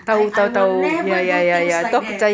I I will never do things like that